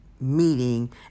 meeting